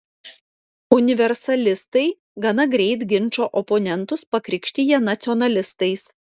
universalistai gana greit ginčo oponentus pakrikštija nacionalistais